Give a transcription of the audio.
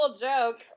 joke